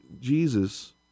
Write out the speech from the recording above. Jesus